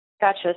Gotcha